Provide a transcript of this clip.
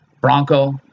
bronco